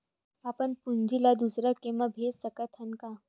अपन पूंजी ला दुसर के मा भेज सकत हन का?